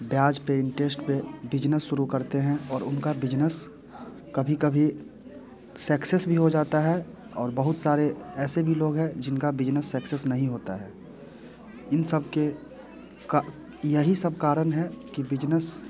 ब्याज पे इंटरेस्ट पे बिजनेस शुरु करते हैं और उनका बिजनेस कभी कभी सक्सेस भी हो जाता है और बहुत सारे ऐसे भी लोग हैं जिनका बिजनेस सक्सेस नहीं होता है इन सबके का यही सब कारण हैं कि बिजनेस